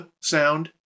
sound